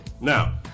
Now